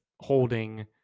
holding